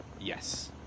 Yes